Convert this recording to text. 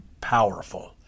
powerful